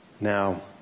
Now